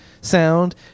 sound